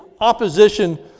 opposition